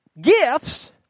gifts